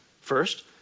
First